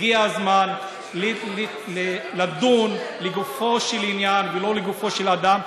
הגיע הזמן לדון לגופו של עניין ולא לגופו של אדם,